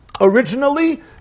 originally